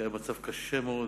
מקווה שהיה במצב קשה מאוד,